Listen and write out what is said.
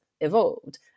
evolved